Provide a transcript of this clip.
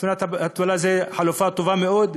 ספינת התפלה זו חלופה טובה מאוד,